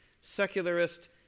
secularist